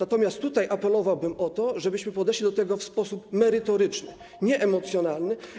Apelowałbym o to, żebyśmy podeszli do tego w sposób merytoryczny, nie emocjonalny.